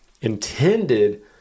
intended